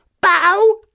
Bow